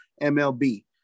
MLB